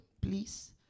please